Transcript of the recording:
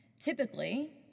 Typically